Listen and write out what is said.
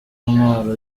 ntwaro